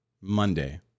Monday